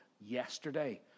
yesterday